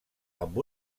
amb